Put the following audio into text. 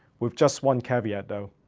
with just one caveat though.